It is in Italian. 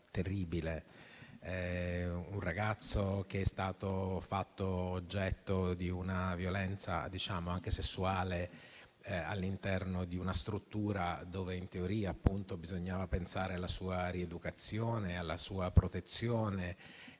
tratta di un ragazzo che è stato fatto oggetto di violenza anche sessuale all'interno di una struttura dove in teoria bisognava pensare alla sua rieducazione e alla sua protezione.